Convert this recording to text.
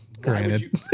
granted